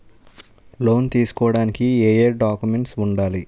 Loan తీసుకోడానికి ఏయే documents వుండాలి?